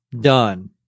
done